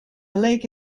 lake